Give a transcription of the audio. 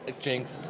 Jinx